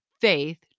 faith